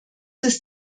ist